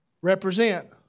represent